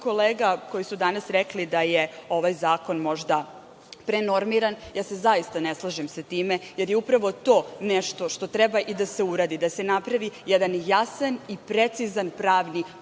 kolega koji su danas rekli da je ovaj zakon možda prenormiran, ja se zaista ne slažem sa time, jer je upravo to nešto što treba i da se uradi. Da se napravi jedan jasan i precizan pravni